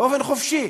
באופן חופשי,